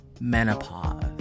menopause